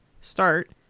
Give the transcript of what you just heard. start